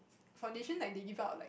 foundation like they give up